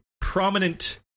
prominent